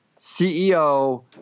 CEO